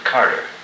Carter